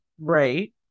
Right